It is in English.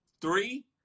three